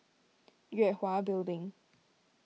Yue Hwa Building